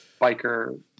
biker